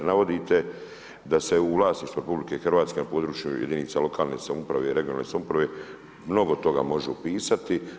Navodite da se u vlasništvu RH na području jedinica lokalne samouprave i regionalne samouprave mnogo toga može upisati.